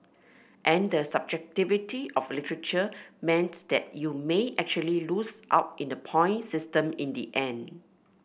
and the subjectivity of literature meant that you may actually lose out in the point system in the end